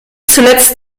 zuletzt